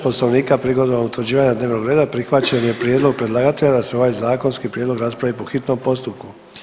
Poslovnika prigodom utvrđivanja dnevnog reda prihvaćen je prijedlog predlagatelja da se ovaj zakonski prijedlog raspravi po hitnom postupku.